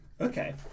Okay